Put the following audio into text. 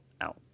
out